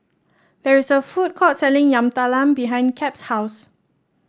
there is a food court selling Yam Talam behind Cap's house